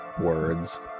words